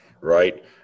Right